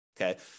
Okay